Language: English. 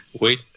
Wait